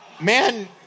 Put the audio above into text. Man